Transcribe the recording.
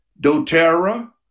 Doterra